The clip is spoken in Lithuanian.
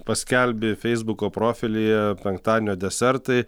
paskelbi feisbuko profilyje penktadienio desertai